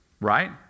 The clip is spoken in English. Right